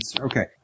Okay